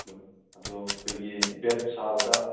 ꯑꯗꯨꯝ ꯑꯗꯣ ꯑꯩꯈꯣꯏꯒꯤ ꯕꯦꯗ ꯁꯥꯕꯗ